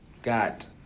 Got